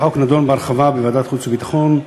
החוק נדון בהרחבה בוועדת חוץ וביטחון.